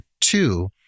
two